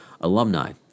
alumni